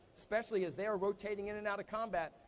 especially as they're rotating in and out of combat.